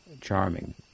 charming